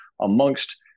amongst